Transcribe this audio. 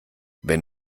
wenn